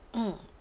mm